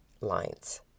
lines